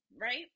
right